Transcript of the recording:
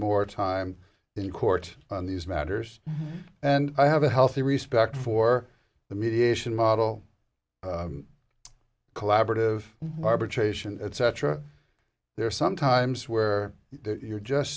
more time in court on these matters and i have a healthy respect for the mediation model collaborative arbitration etc there are some times where you're just